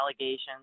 allegations